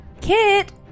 Kit